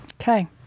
Okay